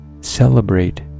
Celebrate